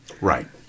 Right